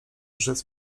rzec